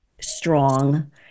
strong